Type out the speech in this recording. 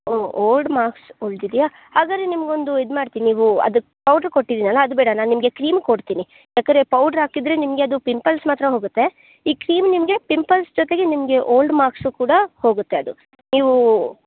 ಓಹ್ old marks ಉಳಿದಿದ್ಯಾ ಹಾಗಾದ್ರೆ ನಿಮ್ಗೆ ಒಂದು ಇದು ಮಾಡ್ತೀನಿ ನೀವು ಅದು ಪೌಡ್ರ್ ಕೊಟ್ಟಿದ್ದೀನಲ್ಲ ಅದು ಬೇಡ ನಾನು ನಿಮಗೆ ಕ್ರೀಮ್ ಕೊಡ್ತೀನಿ ಯಾಕಂದ್ರೆ ಪೌಡ್ರ್ ಹಾಕಿದರೆ ನಿಮಗೆ ಅದು ಪಿಂಪಲ್ಸ್ ಮಾತ್ರ ಹೋಗುತ್ತೆ ಈ ಕ್ರೀಮ್ ನಿಮಗೆ ಪಿಂಪಲ್ಸ್ ಜೊತೆಗೆ ನಿಮಗೆ ಓಲ್ಡ್ ಮಾರ್ಕ್ಸು ಕೂಡ ಹೋಗುತ್ತೆ ಅದು ನೀವು